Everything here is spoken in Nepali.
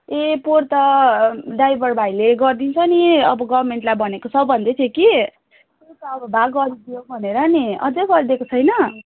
ए पोहोर त ड्राइभर भाइले गरिदिन्छ नि अब गभर्नमेन्टलाई भनेको छ भन्दै थियो कि त्यही त अब वा गरिदियो कि भनेर नि अझै गरिदिएको छैन